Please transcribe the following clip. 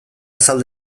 azal